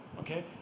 Okay